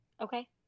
Okay